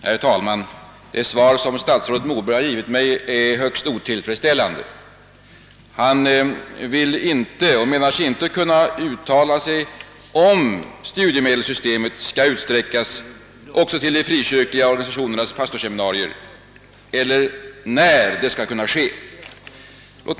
Herr talman! Det svar som statsrådet Moberg givit mig är högst otillfredsställande. Han menar sig inte kunna göra något uttalande huruvida studiemedelssystemet skall utsträckas också till de frikyrkliga organisationernas pastorsseminarier eller när det skulle kunna äga rum.